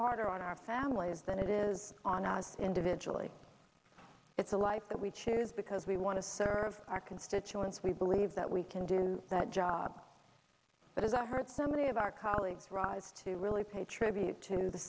harder on our families than it is on us individually it's a life that we choose because we want to serve our constituents we believe that we can do that job but as i heard so many of our colleagues rise to really pay tribute to the